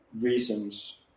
reasons